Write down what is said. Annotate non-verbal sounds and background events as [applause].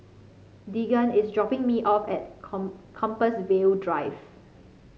Deegan is dropping me off at [unintelligible] Compassvale Drive